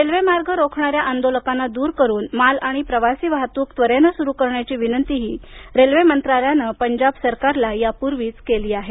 railway मार्ग रोखणाऱ्या आंदोलकांना दूर करुन माल आणि प्रवासी वाहतूक त्वरेनं सुरु करण्याची विनंती रेल्वे मंत्रालयानं पंजाब सरकारला यापूर्वीच केली आहे